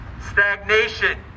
Stagnation